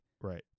Right